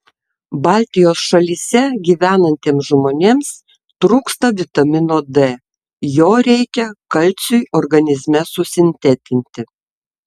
baltijos šalyse gyvenantiems žmonėms trūksta vitamino d jo reikia kalciui organizme susintetinti